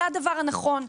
זה הדבר הנכון,